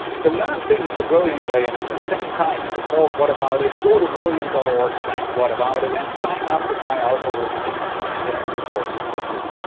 to learn things the brilliant way and at the same time support what about it, go to brilliant dot org slash what about it and sign up to try out over sixty interactive courses for free.